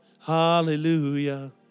Hallelujah